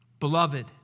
Beloved